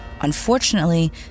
Unfortunately